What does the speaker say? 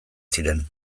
ziren